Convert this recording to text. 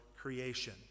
creation